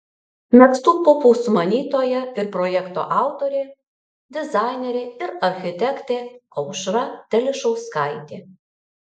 megztų pufų sumanytoja ir projekto autorė dizainerė ir architektė aušra telišauskaitė